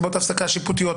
סיבות הפסקה שיפוטיות,